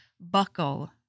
buckle